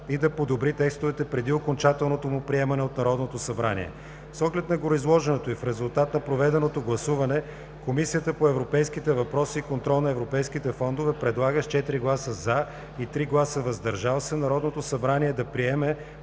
и да подобри текстовете преди окончателното му приемане от Народното събрание. С оглед на гореизложеното и в резултат на проведеното гласуване, Комисията по европейските въпроси и контрол на европейските фондове предлага с 4 гласа „за” и 3 гласа „въздържал се“ на Народното събрание да приеме